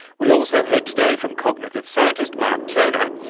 we also heard today from cognitive scientist mark turner,